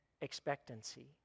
expectancy